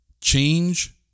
change